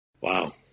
Wow